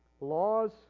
Laws